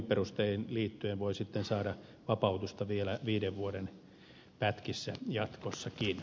perusteisiin liittyen voi sitten saada vapautusta vielä viiden vuoden pätkissä jatkossakin